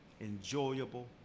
enjoyable